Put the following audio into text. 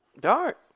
Dark